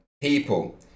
people